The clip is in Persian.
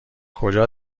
کجا